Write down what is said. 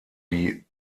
die